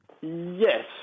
Yes